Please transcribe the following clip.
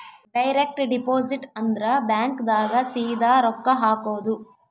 direct deposit ಅಂದ್ರ bank ದಾಗ ಸೀದಾ ರೊಕ್ಕ ಹಾಕೋದು